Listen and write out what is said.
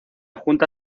junta